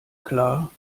klar